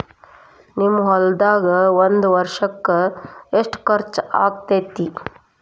ನಿಮ್ಮ ಹೊಲ್ದಾಗ ಒಂದ್ ವರ್ಷಕ್ಕ ಎಷ್ಟ ಖರ್ಚ್ ಆಕ್ಕೆತಿ?